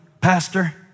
Pastor